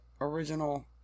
original